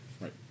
Right